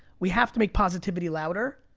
we have to make positivity louder.